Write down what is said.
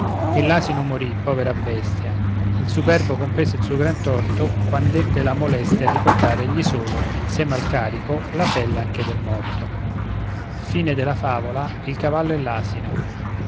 e l'asino morì povera bestia il superbo comprese il suo gran torto quand'ebbe la molestia di portare egli solo insieme al carico la pelle anche del morto